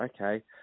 okay